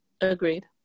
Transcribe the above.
Agreed